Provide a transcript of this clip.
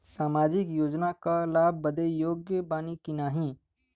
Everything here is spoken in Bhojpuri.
सामाजिक योजना क लाभ बदे योग्य बानी की नाही?